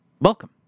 Welcome